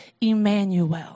Emmanuel